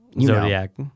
Zodiac